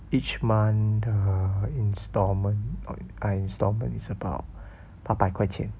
each month the instalment or by instalment is about 八百块钱